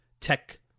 tech